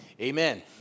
Amen